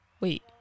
Wait